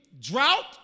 drought